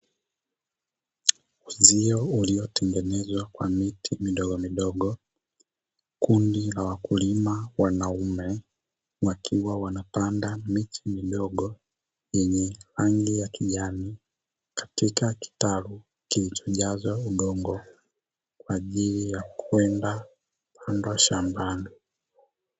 Uzio uliotengenezwa kwa miti midogomidogo, kundi la wakulima wanaume wakiwa wanapanda miti midogo yenye rangi ya kijani; katika kitalu kilichojazwa udongo kwa ajili ya kwenda kupandwa shambani.